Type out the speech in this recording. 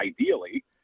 ideally